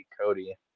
Cody